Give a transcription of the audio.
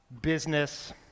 business